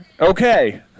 Okay